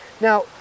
Now